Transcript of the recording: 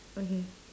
okay